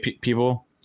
people